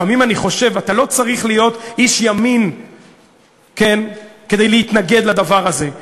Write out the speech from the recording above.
לפעמים אני חושב שאתה לא צריך להיות איש ימין כדי להתנגד לדבר הזה.